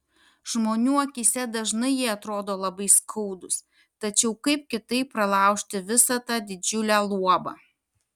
žmonių akyse dažnai jie atrodo labai skaudūs tačiau kaip kitaip pralaužti visa tą didžiulę luobą